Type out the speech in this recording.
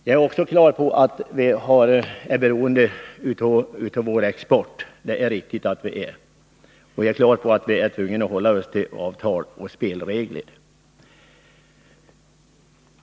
Jag är också på det klara med att vi är beroende av vår export och att vi är tvungna att hålla oss till avtal och spelregler.